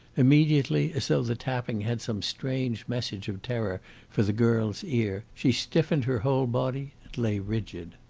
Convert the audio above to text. immediately, as though the tapping had some strange message of terror for the girl's ear, she stiffened her whole body and lay rigid.